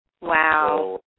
Wow